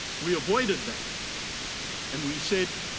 we avoided that and we said